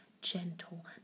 gentle